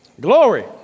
Glory